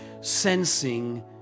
sensing